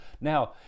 Now